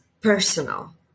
Personal